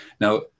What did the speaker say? Now